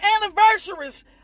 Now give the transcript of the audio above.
anniversaries